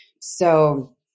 So-